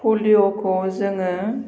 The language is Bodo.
पलिय'खौ जोङो